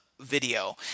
video